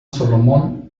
salomón